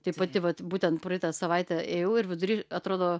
tai pati vat būtent praeitą savaitę ėjau ir vidury atrodo